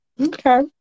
Okay